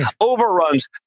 overruns